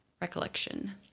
recollection